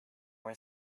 were